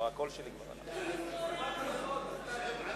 סוס טרויאני.